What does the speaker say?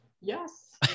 Yes